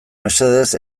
mesedez